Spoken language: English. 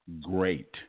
great